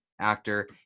actor